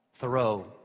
Thoreau